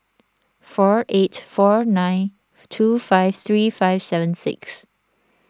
four eight four nine two five three five seven six